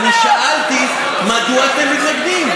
אני שאלתי מדוע אתם מתנגדים,